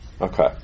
Okay